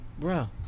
Bro